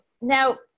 now